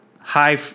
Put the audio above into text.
high